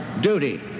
duty